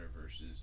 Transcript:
Versus